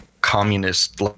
communist